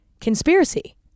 conspiracy